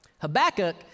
Habakkuk